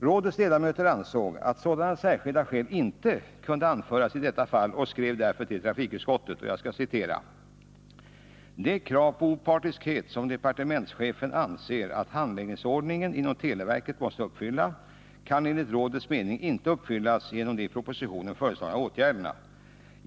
Rådets ledamöter ansåg att sådana särskilda skäl inte kunde anföras i detta fall och skrev därför till trafikutskottet: ”Det krav på opartiskhet som departementschefen anser att handläggningsordningen inom televerket måste uppfylla, kan enligt rådets mening inte uppfyllas genom de i propositionen föreslagna åtgärderna.